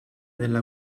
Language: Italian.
della